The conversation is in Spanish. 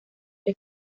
tres